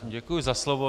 Děkuji za slovo.